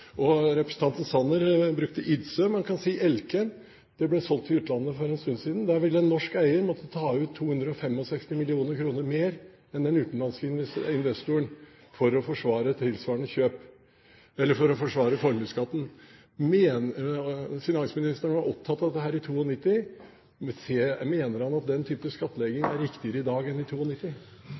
Representanten Sanner brukte Idsøe som eksempel. Man kan også nevne Elkem, som ble solgt til utlandet for en stund siden. En norsk eier ville måtte ta ut 275 mill. kr mer enn en utenlandsk investor for å forsvare formuesskatten. Finansministeren var opptatt av dette i 1992. Mener han at den slags skattlegging er viktigere i dag enn i